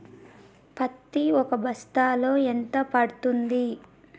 పత్తి ఒక బస్తాలో ఎంత పడ్తుంది?